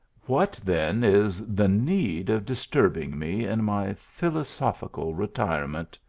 what then is the need of disturbing me in my philosophical retirement?